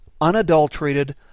unadulterated